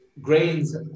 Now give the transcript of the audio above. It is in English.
grains